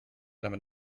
damit